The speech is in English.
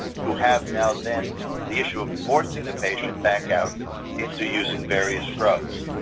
you have now then the issue of forcing the patient back out into using various drugs.